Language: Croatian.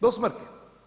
Do smrti.